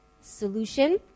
solution